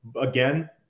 again